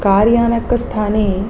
car